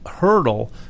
hurdle